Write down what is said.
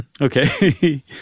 Okay